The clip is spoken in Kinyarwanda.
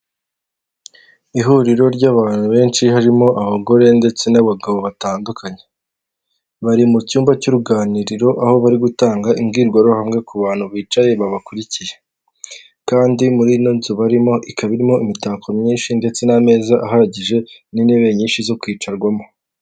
Ihuriro ry'abantu benshi harimo abagore ndetse n'abagabo batandukanye, bari mu cyumba cy'uruganiriro aho bari gutanga imbwirwaruhame ku bantu bicaye babakurikiye, kandi muri ino nzu barimo ikaba irimo imitako myinshi ndetse n'ameza ahagije n'intebe nyinshi zo kwicarwamo.